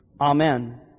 Amen